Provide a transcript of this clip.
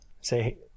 Say